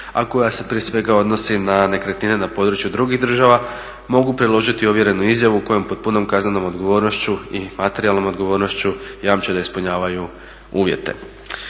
a koja se prije svega odnosi na nekretnine na području drugih država mogu priložiti ovjerenu izjavu kojom pod punom kaznenom odgovornošću i materijalnom odgovornošću jamče da ispunjavaju uvjete.